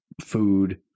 food